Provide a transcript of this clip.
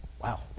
Wow